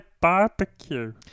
barbecue